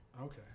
Okay